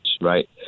right